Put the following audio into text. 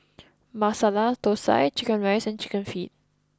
Masala Thosai Chicken Rice and Chicken Feet